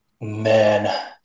man